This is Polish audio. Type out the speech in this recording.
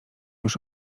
już